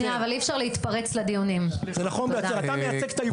אתה מייצג את היבואנית,